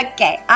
Okay